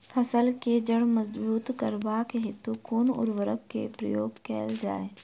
फसल केँ जड़ मजबूत करबाक हेतु कुन उर्वरक केँ प्रयोग कैल जाय?